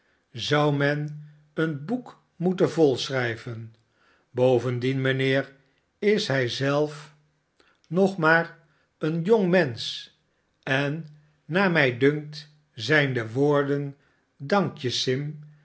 zou men een boek moeten vol schrijven bovendien mijnheer is hij zelf nog maar een jong mensch en naar mij dunkt zijn de woorden dankje sim